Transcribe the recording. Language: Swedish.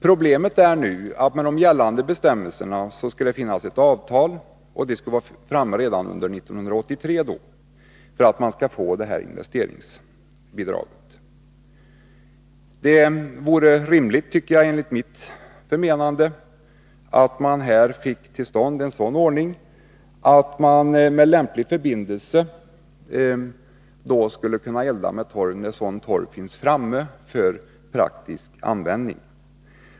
Problemet är att enligt de gällande bestämmelserna skall det finnas ett avtal om torvleverans redan under 1983, för att man skall få investeringsbidraget. Det vore rimligt, enligt mitt förmenande, att få till stånd en sådan ordning att man med lämplig förbindelse från sökandens sida skulle kunna elda med torv när sådan torv finns framme för praktisk användning.